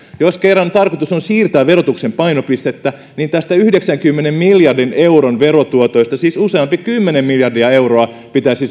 jos kerran tarkoitus on siirtää verotuksen painopistettä niin tästä yhdeksänkymmenen miljardin euron verotuotosta siis useampi kymmenen miljardia euroa pitäisi